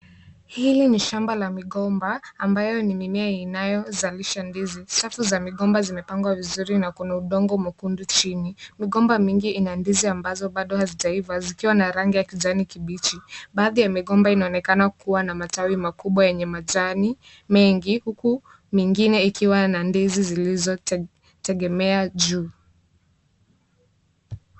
Hili ni shamba la migomba ambayo ni mimea inayozalisha ndizi. Safu za migomba zimepangwa vizuri na kuna udongo mwekundu chini. Migomba mingi ina ndizi ambazo bado hazijaiva zikiwa na rangi ya kijani kibichi. Baadhi ya migomba inaonekana kuwa na matawi makubwa yenye majani mengi, huku mengine ikiwa na ndizi zilizo tegemea juu.